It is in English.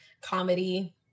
comedy